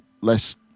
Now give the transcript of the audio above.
less